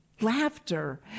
laughter